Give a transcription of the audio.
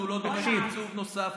הוא לא דורש תקציב נוסף,